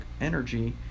energy